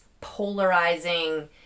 polarizing